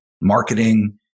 marketing